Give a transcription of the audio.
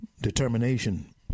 determination